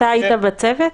היית בצוות?